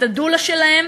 את הדולה שלהן.